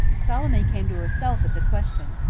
salome came to herself at the question.